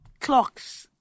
clocks